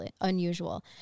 unusual